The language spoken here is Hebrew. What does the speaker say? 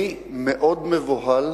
אני מאוד מבוהל